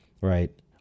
right